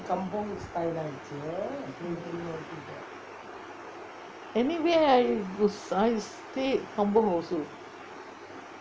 anyway I stay kampung also